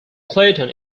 clayton